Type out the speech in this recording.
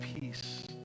peace